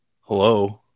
Hello